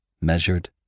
measured